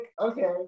okay